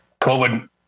COVID